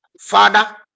Father